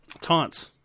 Taunts